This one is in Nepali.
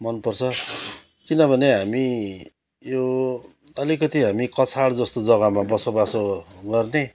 मनपर्छ किनभने हामी यो अलिकति हामी कछाड जस्तो जग्गामा बसोबासो गर्ने